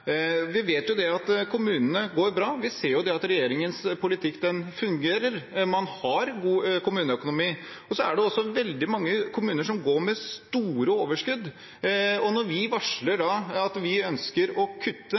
Vi vet at kommunene går bra. Vi ser at regjeringens politikk fungerer. Man har god kommuneøkonomi. Det er også veldig mange kommuner som går med store overskudd. Når vi varsler at vi ønsker å kutte